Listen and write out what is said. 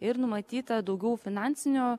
ir numatyta daugiau finansinio